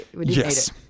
yes